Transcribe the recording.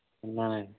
ఉన్నానండి